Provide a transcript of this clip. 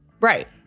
Right